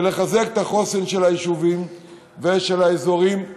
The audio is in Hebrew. ולחזק את החוסן של היישובים ושל האזורים הללו.